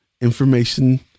information